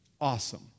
awesome